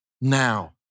now